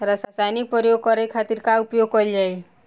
रसायनिक प्रयोग करे खातिर का उपयोग कईल जाइ?